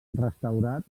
restaurat